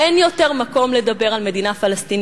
אין יותר מקום לדבר על מדינה פלסטינית,